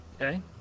Okay